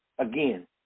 Again